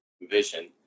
vision